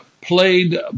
played